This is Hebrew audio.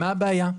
מה הבעיה?